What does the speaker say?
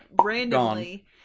randomly